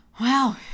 Wow